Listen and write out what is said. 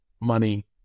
money